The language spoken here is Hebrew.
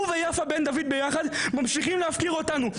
הוא ויפה בן דוד ביחד ממשיכים להפקיר אותנו.